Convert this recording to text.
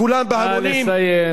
כולם בהמונים,